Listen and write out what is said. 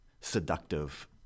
seductive